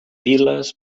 piles